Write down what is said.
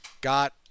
got